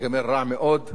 גם פה וגם שם.